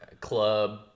club